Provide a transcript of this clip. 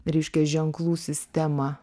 reiškia ženklų sistemą